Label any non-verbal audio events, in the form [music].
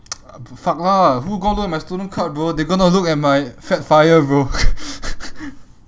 [noise] fuck lah who going to look at my student card bro they going to look at my fat FIRE bro [laughs]